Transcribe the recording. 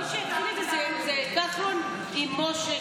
מי שהתחיל את זה זה כחלון עם מש"ה,